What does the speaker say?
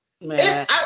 Man